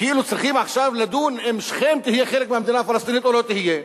כאילו צריכים עכשיו לדון אם שכם תהיה חלק מהמדינה הפלסטינית או לא תהיה.